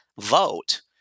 vote